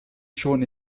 schon